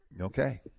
okay